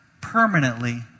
permanently